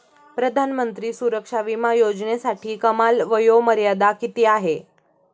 प्रधानमंत्री सुरक्षा विमा योजनेसाठी कमाल वयोमर्यादा किती आहे?